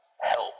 help